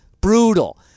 Brutal